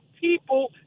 people